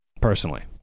personally